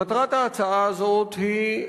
מטרת ההצעה הזאת היא,